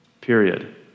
period